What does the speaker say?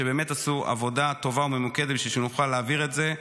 שבאמת עשו עבודה טובה וממוקדת בשביל שנוכל להעביר את זה.